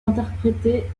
interprété